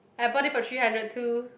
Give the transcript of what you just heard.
I bought it for three hundred too